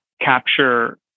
capture